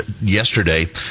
yesterday